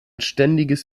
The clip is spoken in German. ständiges